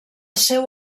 seu